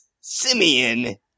Simeon